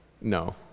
No